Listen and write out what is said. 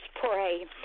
pray